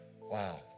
Wow